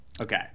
Okay